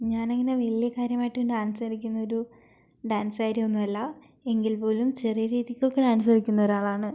ഞാനങ്ങനെ വലിയ കാര്യമായിട്ട് ഡാൻസ് കളിക്കുന്നൊരു ഡാൻസ് കാരിയൊന്നുമല്ല എങ്കിൽ പോലും ചെറിയ രീതിക്കൊക്കെ ഡാൻസ് കളിക്കുന്ന ഒരാളാണ്